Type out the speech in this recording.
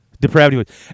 depravity